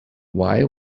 why